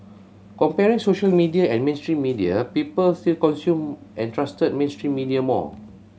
comparing social media and mainstream media people still consumed and trusted mainstream media more